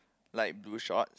light blue short